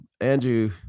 Andrew